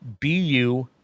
BU